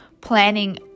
planning